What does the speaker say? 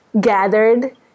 gathered